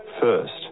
first